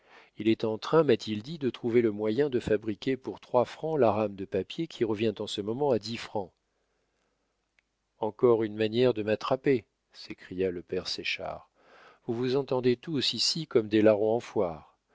il est en train m'a-t-il dit de trouver le moyen de fabriquer pour trois francs la rame de papier qui revient en ce moment à dix francs encore une manière de m'attraper s'écria le père séchard vous vous entendez tous ici comme des larrons en foire